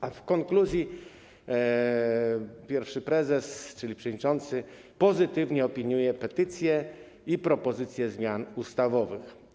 A w konkluzji pierwszy prezes, czyli przewodniczący, pozytywnie opiniuje petycję i propozycje zmian ustawowych.